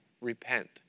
repent